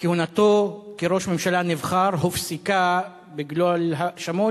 שכהונתו כראש ממשלה נבחר הופסקה בגלל האשמות